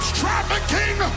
trafficking